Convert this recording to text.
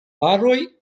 paroj